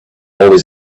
always